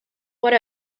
one